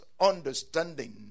understanding